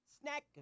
Snack